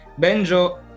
Benjo